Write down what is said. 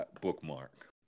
Bookmark